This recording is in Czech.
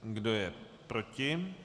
Kdo je proti?